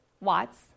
Watts